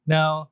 Now